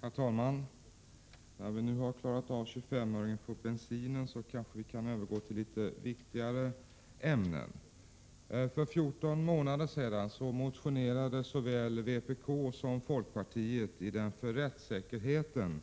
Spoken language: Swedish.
Herr talman! När vi nu har klarat av 25-öringen på bensinen, kanske vi kan övergå till litet viktigare ämnen. För 14 månader sedan motionerade såväl vpk som folkpartiet i den för rättssäkerheten